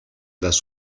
las